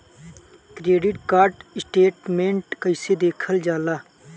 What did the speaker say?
Credit card statement कइसे देखल जाला?